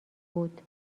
بود